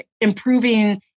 improving